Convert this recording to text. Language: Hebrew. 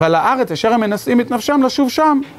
ועל הארץ אשר הם מנסים את נפשם לשוב שם.